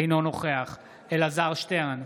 אינו נוכח אלעזר שטרן,